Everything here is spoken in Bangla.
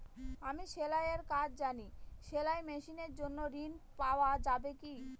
আমি সেলাই এর কাজ জানি সেলাই মেশিনের জন্য ঋণ পাওয়া যাবে কি?